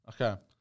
Okay